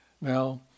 Now